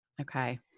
Okay